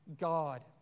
God